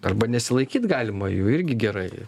arba nesilaikyt galima jų irgi gerai